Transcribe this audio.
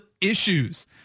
issues